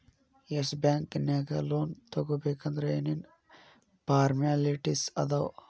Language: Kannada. ಎಸ್ ಬ್ಯಾಂಕ್ ನ್ಯಾಗ್ ಲೊನ್ ತಗೊಬೇಕಂದ್ರ ಏನೇನ್ ಫಾರ್ಮ್ಯಾಲಿಟಿಸ್ ಅದಾವ?